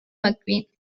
mcqueen